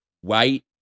white